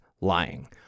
lying